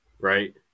right